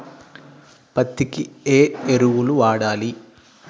పత్తి కి ఏ ఎరువులు వాడాలి?